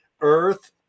earth